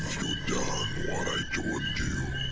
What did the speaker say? done what i told you?